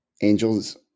Angels